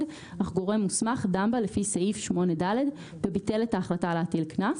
אך גורם מוסמך דן בה לפי סעיף 8(ד) וביטל את ההחלטה להטיל קנס,